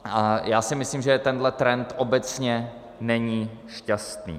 A já si myslím, že tento trend obecně není šťastný.